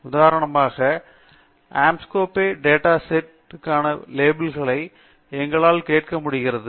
உதாரணமாக Anscombe data set க்கான லேபிள்களை எங்களால் கேட்க முடிகிறது